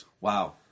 Wow